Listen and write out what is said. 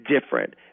different